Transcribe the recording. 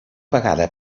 vegada